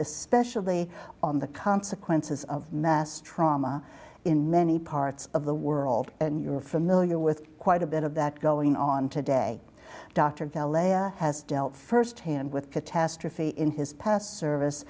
especially on the consequences of mass trauma in many parts of the world and you're familiar with quite a bit of that going on today dr bellair has dealt first hand with catastrophe in his past service